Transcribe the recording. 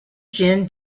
jin